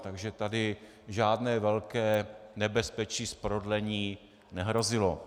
Takže tady žádné velké nebezpečí z prodlení nehrozilo.